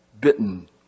bitten